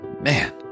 man